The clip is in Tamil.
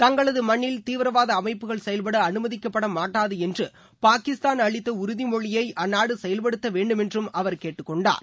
தங்களது மண்ணில் தீவிரவாத அமைப்புகள் செயல்பட அனுமதிக்கப்பட மாட்டாது என்று பாகிஸ்தான் அளித்த உறுதி மொழியை அந்நாடு செயல்படுத்த வேண்டும் என்றும் அவர் கேட்டுக்கொண்டார்